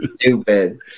Stupid